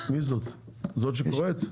זאת שקוראת?